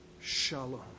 Shalom